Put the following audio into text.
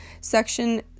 section